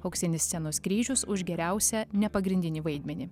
auksinis scenos kryžius už geriausią nepagrindinį vaidmenį